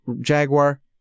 jaguar